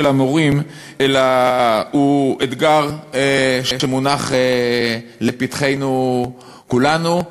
המורים אלא הוא אתגר שמונח לפתחנו כולנו.